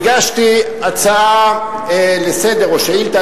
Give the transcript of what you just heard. הגשתי הצעה לסדר-היום או שאילתא,